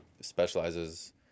specializes